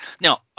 Now